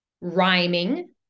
rhyming